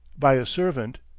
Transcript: by a servant,